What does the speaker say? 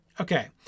Okay